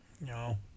No